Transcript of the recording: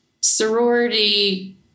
sorority